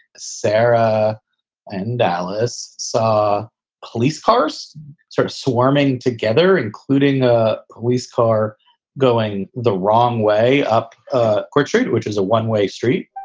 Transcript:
sarah and dallas police cars sort of swarming together, including a police car going the wrong way up. ah quite shrewd, which is a one way street